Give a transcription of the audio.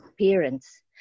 parents